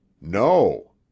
no